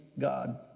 God